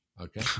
okay